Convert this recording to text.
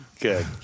Good